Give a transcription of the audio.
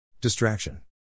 Distraction